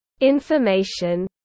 information